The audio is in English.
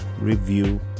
review